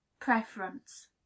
preference